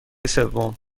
سوم